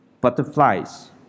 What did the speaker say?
butterflies